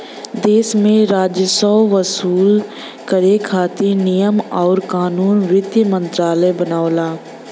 देश में राजस्व वसूल करे खातिर नियम आउर कानून वित्त मंत्रालय बनावला